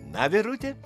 na vyruti